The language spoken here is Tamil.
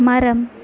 மரம்